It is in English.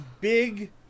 big